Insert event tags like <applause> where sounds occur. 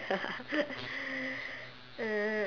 <laughs> uh